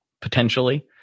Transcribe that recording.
potentially